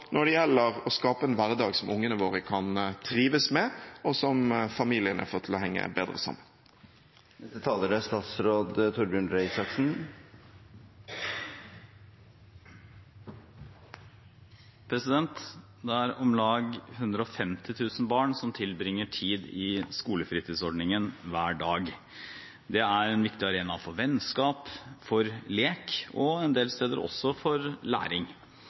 når det gjelder å skape en hverdag som ungene våre kan trives med, og som familiene får til å henge bedre sammen. Om lag 150 000 barn tilbringer tid i skolefritidsordningen hver dag. Det er en viktig arena for vennskap, for lek og en del steder også for læring.